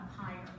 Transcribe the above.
higher